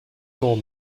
more